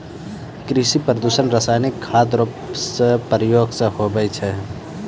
कृषि प्रदूषण रसायनिक खाद रो प्रयोग से हुवै छै